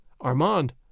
Armand